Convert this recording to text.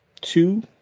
two